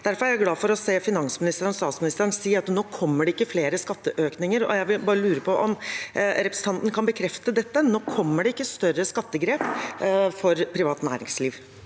Derfor er jeg glad for å høre finansministeren og statsministeren si at nå kommer det ikke flere skatteøkninger. Jeg lurer på om representanten kan bekrefte dette, at nå kommer det ikke større skattegrep for privat næringsliv.